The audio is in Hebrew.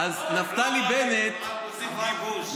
הם לא רבים, רק עושים גיבוש.